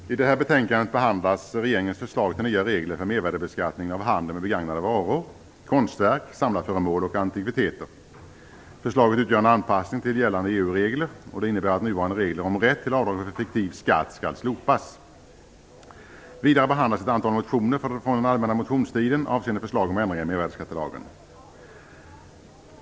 Herr talman! I det här betänkandet behandlas regeringens förslag till nya regler för mervärdesbeskattningen av handeln med begagnade varor, konstverk, samlarföremål och antikviteter. Förslaget utgör en anpassning till gällande EU-regler. Det innebär att nuvarande regler om rätt till avdrag för fiktiv skatt skall slopas. Vidare behandlas ett antal motioner från den allmänna motionstiden avseende förslag om ändringar i mervärdesskattelagen.